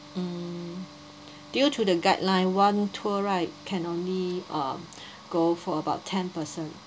mm due to the guideline one tour right can only um go for about ten person